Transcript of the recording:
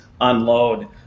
unload